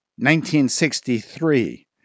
1963